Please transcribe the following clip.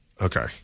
Okay